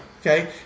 Okay